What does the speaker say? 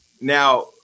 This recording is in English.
Now